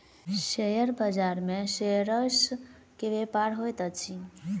share बाजार में shares के व्यापार होइत अछि